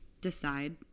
decide